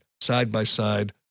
side-by-side